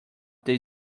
they